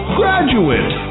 graduate